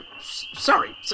sorry